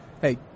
Hey